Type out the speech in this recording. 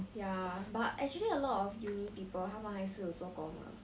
ya but actually a lot of uni people 他们还是有做工的